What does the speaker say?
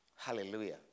Hallelujah